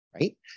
right